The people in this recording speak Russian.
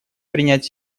принять